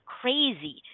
crazy